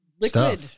liquid